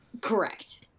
correct